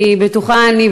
כי בטוחה אני,